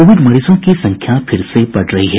Covid मरीजों की संख्या फिर से बढ़ रही है